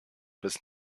bis